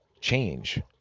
change